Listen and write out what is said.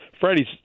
Friday's